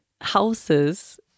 houses